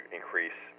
increase